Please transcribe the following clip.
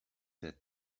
that